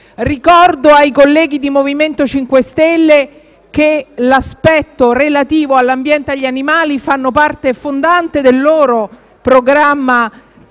Ricordo ai colleghi del MoVimento 5 Stelle che l'aspetto relativo all'ambiente e agli animali è parte fondante del loro programma